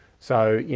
so, you